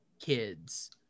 kids